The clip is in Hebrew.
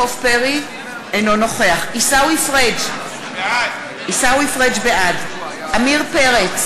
אינו נוכח עיסאווי פריג' בעד עמיר פרץ,